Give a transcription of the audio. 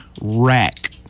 rack